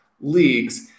leagues